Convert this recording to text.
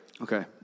okay